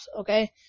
okay